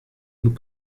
nous